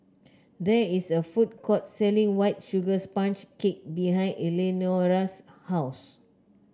there is a food court selling White Sugar Sponge Cake behind Eleanora's house